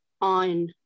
on